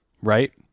right